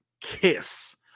kiss